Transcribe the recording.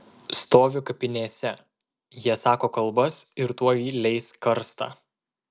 stovi kapinėse jie sako kalbas ir tuoj leis karstą